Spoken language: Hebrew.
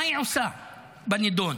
מה היא עושה בנדון?